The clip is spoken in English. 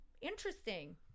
Interesting